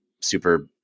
super